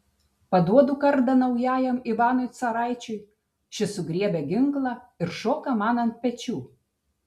paduodu kardą naujajam ivanui caraičiui šis sugriebia ginklą ir šoka man ant pečių